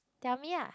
tell me ah